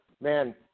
man